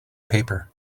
paper